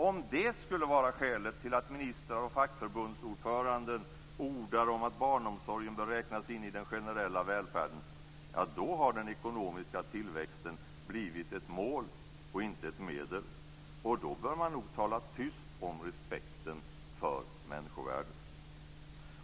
Om det skulle vara skälet till att ministrar och fackförbundsordförande ordar om att barnomsorgen bör räknas in i den generella välfärden har den ekonomiska tillväxten blivit ett mål och inte ett medel, och då bör man nog tala tyst om respekten för människovärdet.